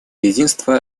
единства